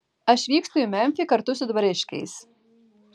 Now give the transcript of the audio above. aš vykstu į memfį kartu su dvariškiais